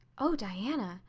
oh, diana,